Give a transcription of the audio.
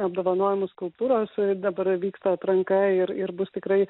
apdovanojimų skulptūros dabar vyksta atranka ir ir bus tikrai